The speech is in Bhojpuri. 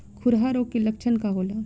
खुरहा रोग के लक्षण का होला?